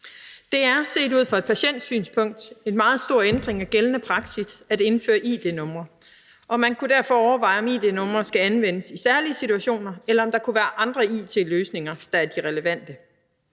Det er set ud fra et patientsynspunkt en meget stor ændring af gældende praksis at indføre id-numre. Man kunne derfor overveje, om id-numre skal anvendes i særlige situationer, eller om der kunne være andre it-løsninger, der er de relevante.